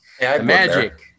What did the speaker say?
Magic